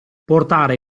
portare